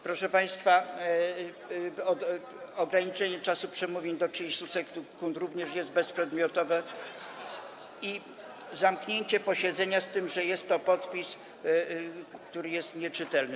Proszę państwa, ograniczenie czasu przemówień do 30 sekund również jest bezprzedmiotowe, także zamknięcie posiedzenia, z tym że jest to podpis, który jest nieczytelny.